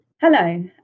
Hello